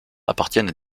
appartiennent